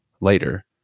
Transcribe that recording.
later